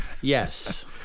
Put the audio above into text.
Yes